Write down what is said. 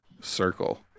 Circle